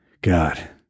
God